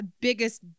biggest